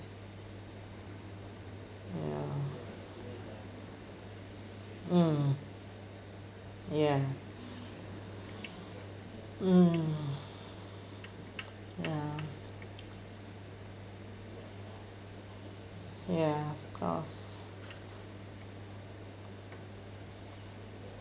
ya mm ya mm ya ya of course